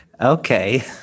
Okay